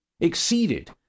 exceeded